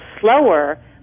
slower